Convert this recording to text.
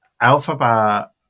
Alphabet